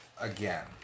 again